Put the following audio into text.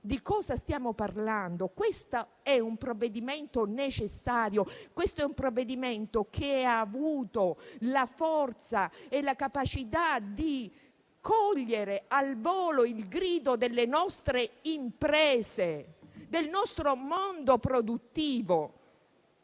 di cosa stiamo parlando? Questo è un provvedimento necessario, è un provvedimento che ha avuto la forza e la capacità di cogliere al volo il grido delle nostre imprese, del nostro mondo produttivo.